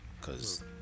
cause